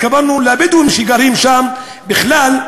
התכוונו לבדואים שגרים שם בכלל,